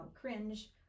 cringe